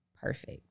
perfect